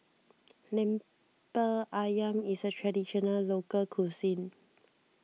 Lemper Ayam is a Traditional Local Cuisine